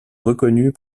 reconnue